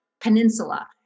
peninsula